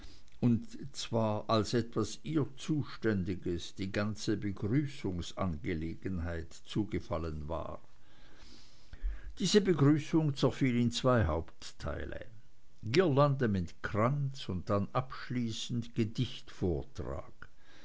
und zwar als etwas ihr zuständiges die ganze begrüßungsangelegenheit zugefallen war diese begrüßung zerfiel in zwei hauptteile girlande mit kranz und dann abschließend